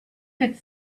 could